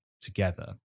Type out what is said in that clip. together